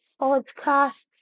Podcasts